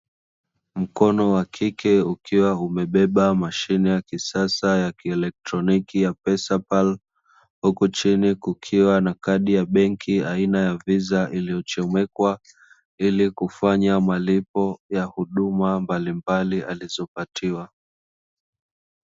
Mkono wa kike ukiwa umebeba mashine ya kisasa ya kielektroniki ya "pesa pal", huku chini kukiwa na kadi ya benki aina ya visa iliyochomekwa, ili kufanya malipo ya huduma mbalimbali alizopatiwa.